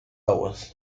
aguas